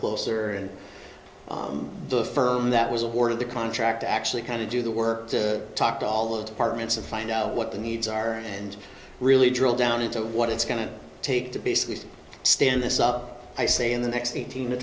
closer and the firm that was awarded the contract to actually kind of do the work to talk to all the departments and find out what the needs are and really drill down into what it's going to take to basically stand this up i say in the next eighteen to